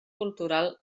cultural